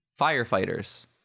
Firefighters